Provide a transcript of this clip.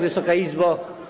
Wysoka Izbo!